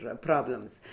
problems